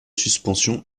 suspensions